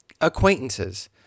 acquaintances